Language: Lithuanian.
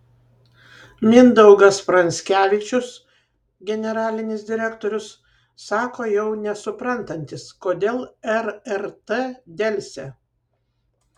mindaugas pranskevičius generalinis direktorius sako jau nesuprantantis kodėl rrt delsia